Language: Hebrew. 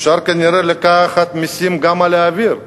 אפשר כנראה לקחת מסים על האוויר,